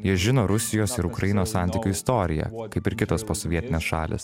jie žino rusijos ir ukrainos santykių istoriją kaip ir kitos posovietinės šalys